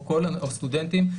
או סטודנטים,